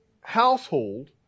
household